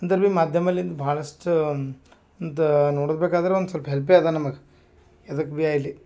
ಅಂದರೆ ಬಿ ಮಾಧ್ಯಮಲಿಂದ ಭಾಳಷ್ಟು ಇದು ನೋಡೋದ್ಬೇಕಾದರೆ ಒಂದು ಸ್ವಲ್ಪ್ ಹೆಲ್ಪೇ ಅದಾ ನಮಗೆ ಎದಕ್ಕೆ ಬಿ ಆಗ್ಲಿ